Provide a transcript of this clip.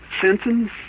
sentence